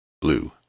blue